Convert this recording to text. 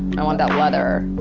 i want that leather.